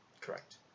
Correct